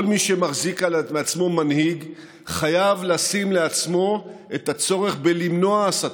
כל מי שמחזיק מעצמו מנהיג חייב לשים לעצמו את הצורך בלמנוע הסתה,